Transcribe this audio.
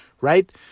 right